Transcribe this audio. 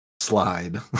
slide